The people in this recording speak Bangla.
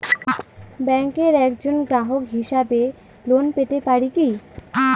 ব্যাংকের একজন গ্রাহক হিসাবে লোন পেতে পারি কি?